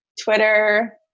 Twitter